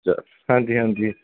ਚਲ ਹਾਂਜੀ ਹਾਂਜੀ